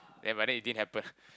and but then it didn't happen